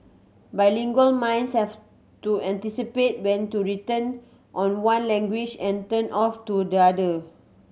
bilingual minds have to anticipate when to turn on one language and turn off to the other